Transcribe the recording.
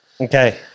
Okay